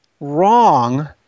wrong –